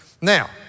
Now